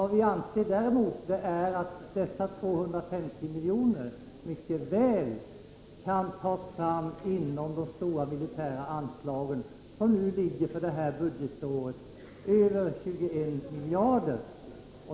Vad vi däremot anser är att dessa 250 milj. mycket väl kan tas fram inom de stora militära anslagen på över 21 miljarder för det här budgetåret.